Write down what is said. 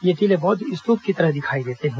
ये टीले बौद्ध स्तूप की तरह दिखाई देते हैं